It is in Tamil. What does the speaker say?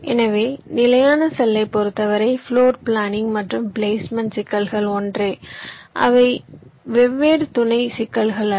எனவே நிலையான செல்லைப் பொறுத்தவரை பிளோர் பிளானிங் மற்றும் பிளேஸ்மெண்ட் சிக்கல்கள் ஒன்றே அவை வெவ்வேறு துணை சிக்கல்கள் அல்ல